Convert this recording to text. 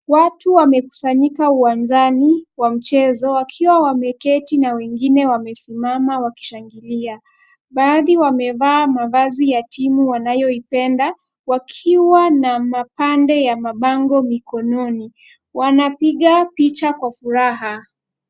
Watu wamekusanyika uwanjani wa mchezo wakiwa wameketi na wengine wamesimama wakishangilia. Baadhi wamevaa mavazi ya timu wanayoipenda, wakiwa na mapande ya mabango mikononi. Wanapiga picha kwa furaha.